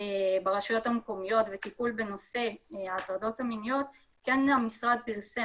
ברשויות המקומיות וטיפול בנושא ההטרדות המיניות המשרד פרסם